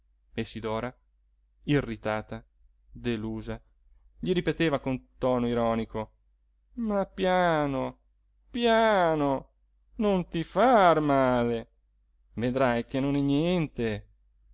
e sidora irritata delusa gli ripeteva con tono ironico ma piano piano non ti far male vedrai che non è niente